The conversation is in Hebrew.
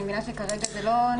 אני מבינה שכרגע זה לא ?